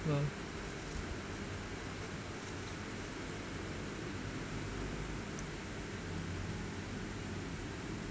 well